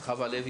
חוה לוי,